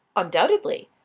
undoubtedly.